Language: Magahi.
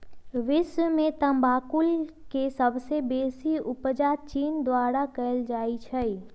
विश्व में तमाकुल के सबसे बेसी उपजा चीन द्वारा कयल जाइ छै